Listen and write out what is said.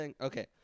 okay